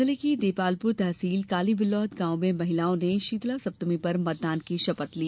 जिले की देपालपुर तहसील काली बिल्लौद गांव में महिलाओं ने ष्षीतला सप्तमी पर मतदान की ष्षपथ ली